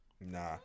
Nah